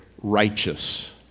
righteous